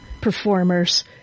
performers